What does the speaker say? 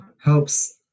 helps